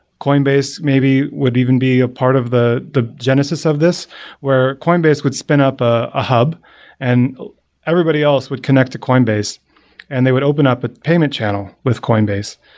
coinbase maybe would even be a part of the the genesis of this where coinbase would spin up a hub and everybody else would connect to coinbase and they would open up a payment channel with cionbase.